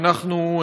ואנחנו,